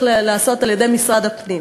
צריך להיעשות על-ידי משרד הפנים.